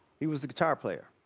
he was the guitar player.